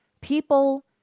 people